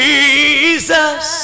Jesus